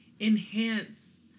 enhance